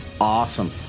Awesome